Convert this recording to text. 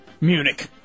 Munich